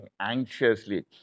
anxiously